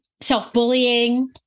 self-bullying